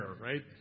right